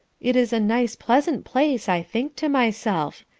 it is a nice pleasant place, i think to myself.